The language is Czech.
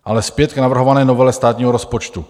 Ale zpět k navrhované novele státního rozpočtu.